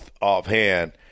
offhand